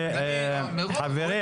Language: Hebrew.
חברים,